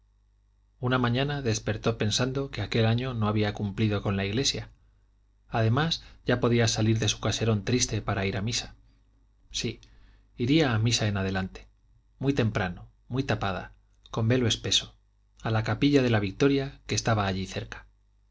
una mañana despertó pensando que aquel año no había cumplido con la iglesia además ya podía salir de su caserón triste para ir a misa sí iría a misa en adelante muy temprano muy tapada con velo espeso a la capilla de la victoria que estaba allí cerca